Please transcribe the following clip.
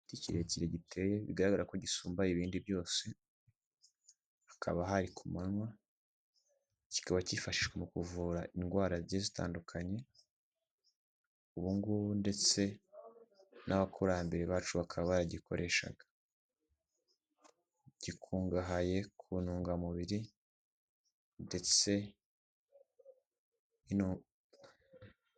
Igiti kirekire giteye bigaragara ko gisumba ibindi byose, hakaba hari ku manywa, kikaba gifasha mu kuvura indwara zitandukanye ubungubu ndetse n'abakurambere bacu bakaba baragikoreshaga. Gikungahaye ku ntungamubiri ndetse ...